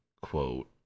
quote